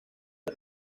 que